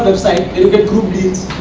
get group deals